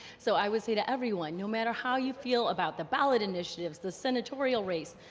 so i would say to everyone, no matter how you feel about the ballot initiatives, the senatorial race,